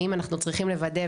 האם אנחנו צריכים לוודא,